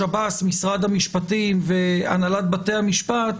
השב"ס, משרד המשפטים והנהלת בתי המשפט?